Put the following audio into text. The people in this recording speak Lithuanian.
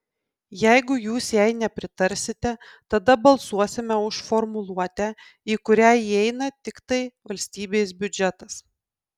jeigu jūs jai nepritarsite tada balsuosime už formuluotę į kurią įeina tiktai valstybės biudžetas